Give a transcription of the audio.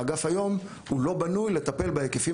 האגף היום הוא לא בנוי לטפל בהיקפים